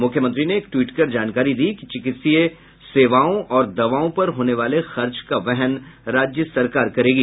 मुख्यमंत्री ने एक ट्वीट कर जानकारी दी कि चिकित्सीय सेवाओं और दवाओं पर होने वाले खर्च का वहन राज्य सरकार करेगी